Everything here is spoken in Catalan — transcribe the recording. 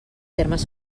termes